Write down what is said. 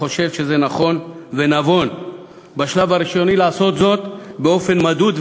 חושב שזה נכון ונבון בשלב הראשוני לעשות זאת באופן מדוד וזהיר,